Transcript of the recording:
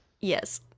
Yes